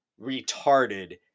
retarded